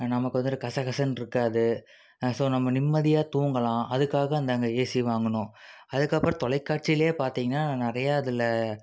நமக்கு வந்துட்டு கசகசன்னு இருக்காது ஸோ நம்ம நிம்மதியாக தூங்கலாம் அதுக்காக நாங்கள் ஏசி வாங்கினோம் அதுக்கப்புறம் தொலைக்காட்சியிலே பார்த்தீங்கன்னா நிறையா அதில்